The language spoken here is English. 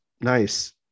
Nice